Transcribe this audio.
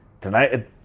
Tonight